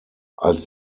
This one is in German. als